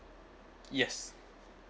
yes